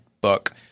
book